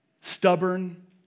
stubborn